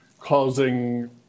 causing